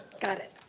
got it.